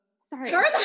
Sorry